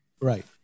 Right